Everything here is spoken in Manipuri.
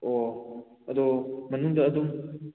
ꯑꯣ ꯑꯗꯣ ꯃꯅꯨꯡꯗ ꯑꯗꯨꯝ